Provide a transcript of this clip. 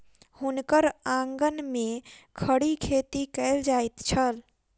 हुनकर आंगन में खड़ी खेती कएल जाइत छल